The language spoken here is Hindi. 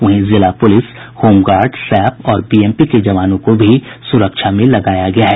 वहीं जिला पुलिस होमगार्ड सैप और बीएमपी के जवानों को भी सुरक्षा में लगाया गया है